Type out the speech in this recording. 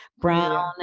brown